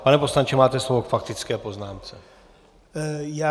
Pane poslanče, máte slovo k faktické poznámce.